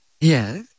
Yes